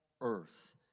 earth